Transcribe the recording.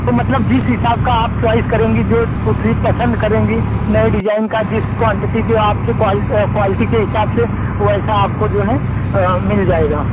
तो मतलब जिस हिसाब का आप चॉइस करेंगी जो कुर्सी पसंद करेंगी नए डिजाइन का जिस क्वांटिटी के आपके क्वालिटी के हिसाब से वैसा आपको जो है मिल जाएगा